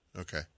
okay